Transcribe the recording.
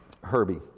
herbie